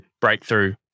breakthrough